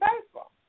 faithful